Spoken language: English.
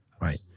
right